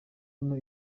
hano